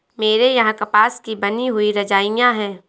मेरे यहां कपास की बनी हुई रजाइयां है